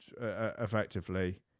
effectively